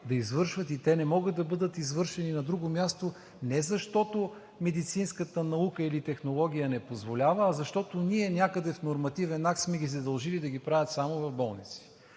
да извършват и те не могат да бъдат извършени на друго място, не защото медицинската наука или технология не позволяват, а защото ние някъде в нормативен акт сме ги задължили да ги правят само в болници.